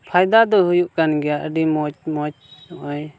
ᱯᱷᱟᱭᱫᱟ ᱫᱚ ᱦᱩᱭᱩᱜ ᱠᱟᱱ ᱜᱮᱭᱟ ᱟᱹᱰᱤ ᱢᱚᱡᱽ ᱢᱚᱡᱽ ᱱᱚᱜᱼᱚᱸᱭ